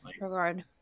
regard